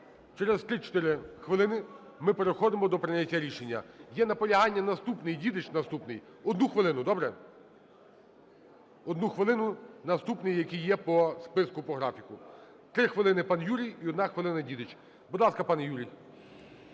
Через 3-4 хвилини ми переходимо до прийняття рішення. Є наполягання, наступний, Дідич – наступний. 1 хвилину, добре? 1 хвилину наступний, який є по списку, по графіку. 3 хвилини – пан Юрій і 1 хвилина – Дідич. Будь ласка, пане Юрій.